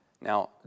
Now